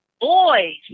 boys